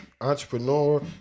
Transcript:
entrepreneur